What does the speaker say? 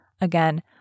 Again